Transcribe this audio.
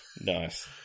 nice